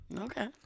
Okay